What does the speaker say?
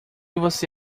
você